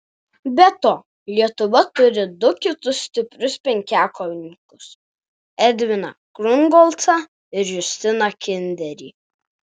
be to lietuva turi du kitus stiprius penkiakovininkus edviną krungolcą ir justiną kinderį